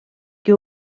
que